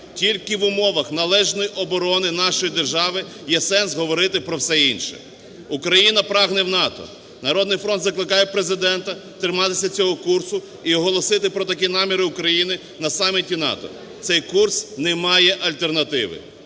тільки в умовах належної оборони нашої держави є сенс говорити про все інше. Україна прагне в НАТО. "Народний фронт" закликає Президента триматися цього курсу і оголосити про такі наміри України на саміті НАТО. Цей курс не має альтернативи.